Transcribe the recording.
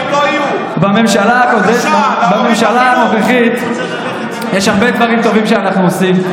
בממשלה הנוכחית יש הרבה דברים טובים שאנחנו עושים,